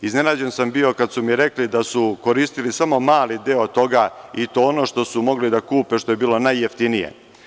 Iznenađen sam bio kada sumi rekli da su koristili samo mali deo toga i to ono što su mogli da kupe, što je bilo najjeftinije.